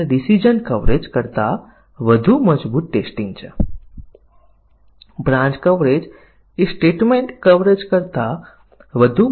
અને બહુવિધ પરિસ્થિતિઓ માટે જો ત્યાં n ઘટક સ્થિતિઓ છે દરેક બે મૂલ્યો સાચા અને ખોટા લે છે તો આપણને 2n સંભવિત પરીક્ષણ કેસની જરૂર છે